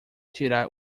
tirar